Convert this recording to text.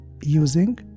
using